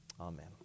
amen